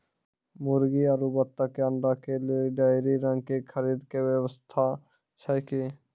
मुर्गी आरु बत्तक के अंडा के लेली डेयरी रंग के खरीद के व्यवस्था छै कि?